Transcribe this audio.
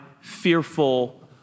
fearful